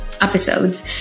episodes